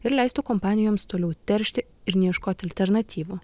ir leistų kompanijoms toliau teršti ir neieškoti alternatyvų